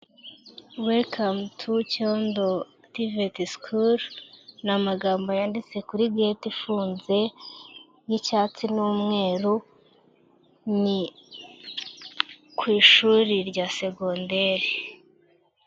Welcome to Cyondo tvet school, ni amagambo yanditse kuri gate ifunze y'icyatsi n'umweru ni ku ishuri rya segonderi.